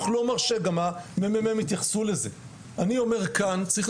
בעקרונית אנחנו צריכים